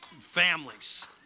families